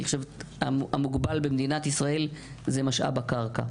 אני חושבת, המוגבל, במדינת ישראל, הוא משאב הקרקע.